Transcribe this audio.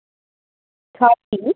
ᱪᱷᱚᱴᱤ